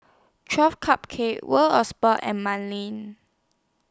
twelve Cupcakes World of Sports and Manning